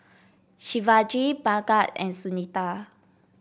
Shivaji Bhagat and Sunita